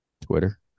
Twitter